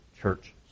church